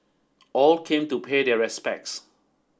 all came to pay their respects